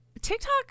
TikTok